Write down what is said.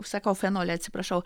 sakau fenolį atsiprašau